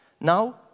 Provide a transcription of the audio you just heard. Now